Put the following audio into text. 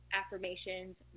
affirmations